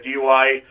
DUI